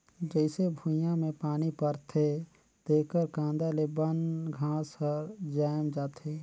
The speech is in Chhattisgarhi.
जईसे भुइयां में पानी परथे तेकर कांदा ले बन घास हर जायम जाथे